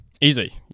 Easy